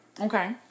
Okay